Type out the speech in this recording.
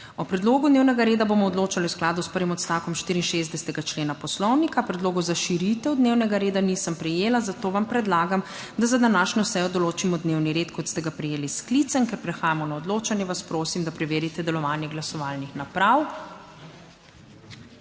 O predlogu dnevnega reda bomo odločali v skladu s prvim odstavkom 64. člena Poslovnika. Predlogov za širitev dnevnega reda nisem prejela, zato vam predlagam, da za današnjo sejo določimo dnevni red, kot ste ga prejeli s sklicem. Ker prehajamo na odločanje, vas prosim, da preverite delovanje glasovalnih naprav.